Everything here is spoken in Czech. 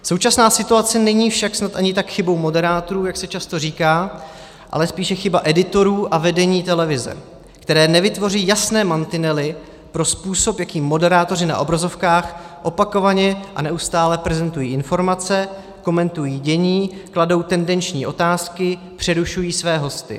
Současná situace není však snad ani tak chybou moderátorů, jak se často říká, ale spíše chybou editorů a vedení televize, které nevytvoří jasné mantinely pro způsob, jakým moderátoři na obrazovkách opakovaně a neustále prezentují informace, komentují dění, kladou tendenční otázky, přerušují své hosty.